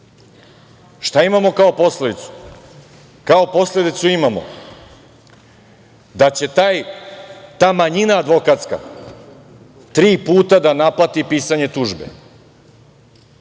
imamo kao posledicu? Kao posledicu imamo da će ta manjina advokatska tri puta da naplati pisanje tužbe,